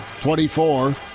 24